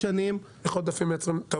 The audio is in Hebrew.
איך עודפים מייצרים ---?